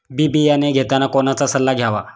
बी बियाणे घेताना कोणाचा सल्ला घ्यावा?